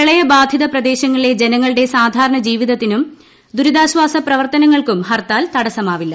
പ്രളയ ബാധിത പ്രദേശങ്ങളിലെ ജനങ്ങളുടെ സാധാരണ ജീവിതത്തിനും ദുരിതാശ്വാസ പ്രവർത്തനങ്ങൾക്കും ഹർത്താൽ തടസ്സമാവില്ല